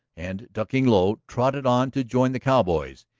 and ducking low, trotted on to join the cowboys.